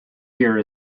here